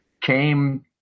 came